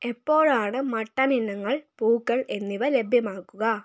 എപ്പോഴാണ് മട്ടൺ ഇനങ്ങൾ പൂക്കൾ എന്നിവ ലഭ്യമാകുക